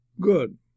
good